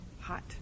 Hot